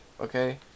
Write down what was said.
okay